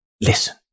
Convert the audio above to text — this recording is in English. Listen